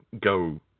Go